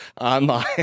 Online